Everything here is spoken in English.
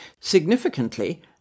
Significantly